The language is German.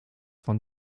von